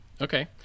Okay